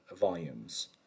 volumes